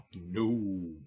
No